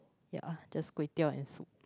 ya just kway-teow and soup